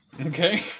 Okay